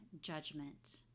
judgment